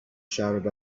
shouted